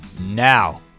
Now